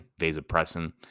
vasopressin